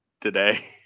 today